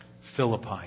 Philippi